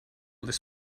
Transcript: this